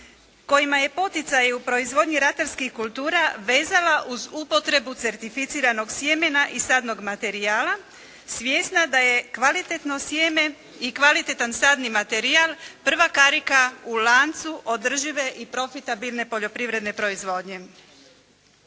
kojima je poticaj u proizvodnji ratarskih kultura vezala uz upotrebu certificiranog sjemena i sadnog materijala svjesna da je kvalitetno sjeme i kvalitetan sadni materijal prva karika u lancu održive i profitabilne poljoprivredne proizvodnje.